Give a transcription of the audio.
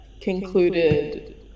concluded